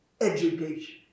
education